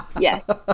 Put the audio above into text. Yes